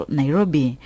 Nairobi